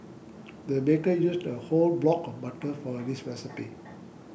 the baker used a whole block of butter for this recipe